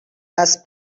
است